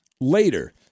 later